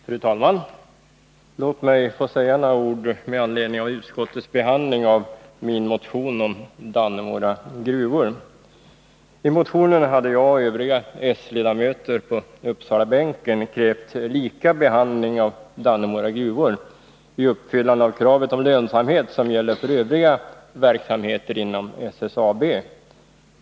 Fru talman! Låt mig få säga några ord med anledning av utskottets behandling av min motion om Dannemora gruvor. I motionen hade jag och övriga s-ledamöter på Uppsalabänken krävt lika behandling av Dannemora gruvor vid uppfyllandet av kravet om lönsamhet som gäller för övriga verksamheter inom SSAB.